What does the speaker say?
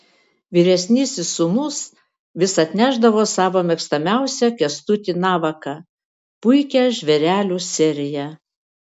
vyresnysis sūnus vis atnešdavo savo mėgstamiausią kęstutį navaką puikią žvėrelių seriją